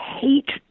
hate